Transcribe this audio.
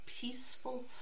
peaceful